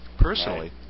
personally